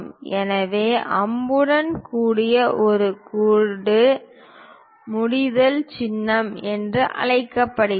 எனவே அம்புடன் கூடிய ஒரு கோடு முடித்தல் சின்னம் என்று அழைக்கப்படுகிறது